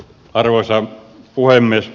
arvoisa puhemies